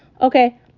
Okay